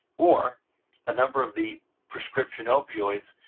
or a number of the prescription opioids,